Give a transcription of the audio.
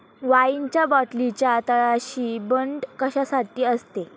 वाईनच्या बाटलीच्या तळाशी बंट कशासाठी असते?